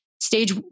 stage